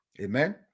Amen